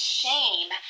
shame